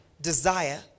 desire